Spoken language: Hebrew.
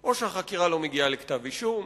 או שהחקירה לא מגיעה לכתב אישום,